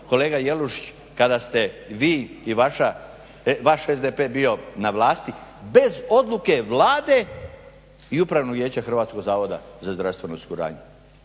kolega Jelušić kada ste vi i vaš SDP bili na vlasti bez odluke Vlade i Upravnog vijeća HZZO-a, nitko to ne postavlja pitanje